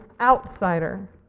outsider